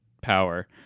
power